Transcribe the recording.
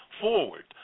forward